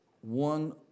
One